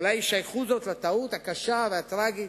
אולי ישייכו זאת לטעות הקשה והטרגית,